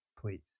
Please